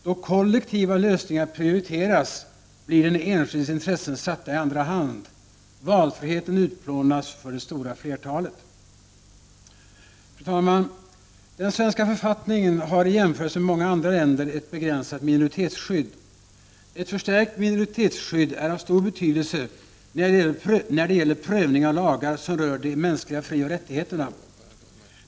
Då kollektiva lösningar prioriteras blir den enskildes intressen satta i andra hand. Valfriheten utplånas för det stora flertalet. Fru talman! Den svenska författningen har i jämförelse med många andra länder ett begränsat minoritetsskydd. Ett förstärkt minoritetsskydd är av stor betydelse när det gäller prövningen av lagar som rör de mänskliga frioch rättigheterna.